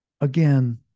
again